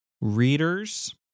readers